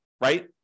right